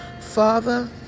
Father